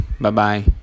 Bye-bye